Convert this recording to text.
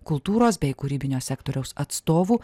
kultūros bei kūrybinio sektoriaus atstovų